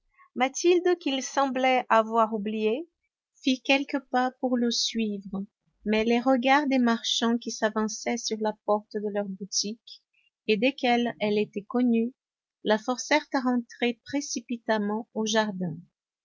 mathilde qu'il semblait avoir oubliée fit quelques pas pour le suivre mais les regards des marchands qui s'avançaient sur la porte de leurs boutiques et desquels elle était connue la forcèrent à rentrer précipitamment au jardin